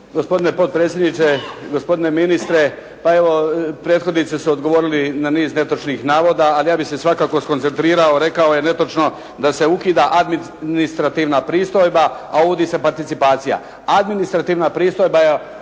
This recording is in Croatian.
Gospodine potpredsjedniče, gospodine ministre. Pa evo prethodnici su odgovorili na niz netočnih navoda ali ja bih se svakako skoncentrirao. Rekao je netočno da se ukida administrativna pristojba a uvodi se participacija. Administrativna pristojba je